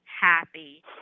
happy